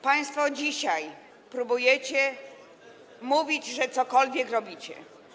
Państwo dzisiaj próbujecie mówić, że cokolwiek robicie.